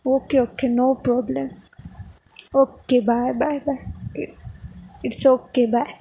okay okay no problem okay bye bye bye it it's okay bye